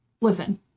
Listen